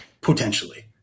potentially